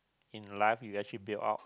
in life you actually build up